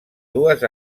dues